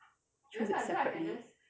choose it separately